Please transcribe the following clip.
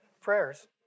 prayers